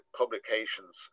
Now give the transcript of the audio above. publications